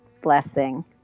blessing